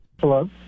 Hello